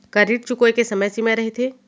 का ऋण चुकोय के समय सीमा रहिथे?